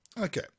okay